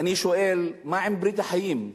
ואני שואל: מה עם ברית החיים?